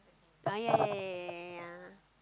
ah ya ya ya ya ya ya